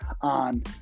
on